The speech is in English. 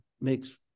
makes